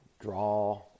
draw